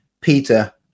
Peter